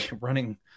running